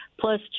Plus